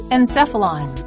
Encephalon